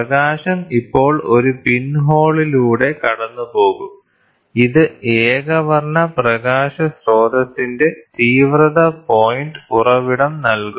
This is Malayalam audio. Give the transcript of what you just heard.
പ്രകാശം ഇപ്പോൾ ഒരു പിൻഹോളിലൂടെ കടന്നുപോകും ഇത് ഏകവർണ്ണ പ്രകാശ സ്രോതസ്സിന്റെ തീവ്രത പോയിന്റ് ഉറവിടം നൽകും